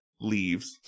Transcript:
leaves